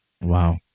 Wow